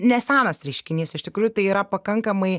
nesenas reiškinys iš tikrųjų tai yra pakankamai